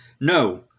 No